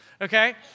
okay